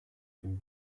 dem